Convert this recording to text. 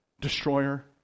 destroyer